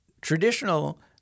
traditional